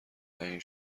تعیین